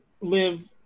live